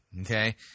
okay